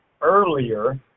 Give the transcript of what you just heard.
earlier